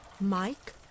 Mike